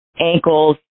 ankles